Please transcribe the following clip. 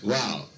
Wow